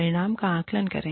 परिणाम का आकलन करें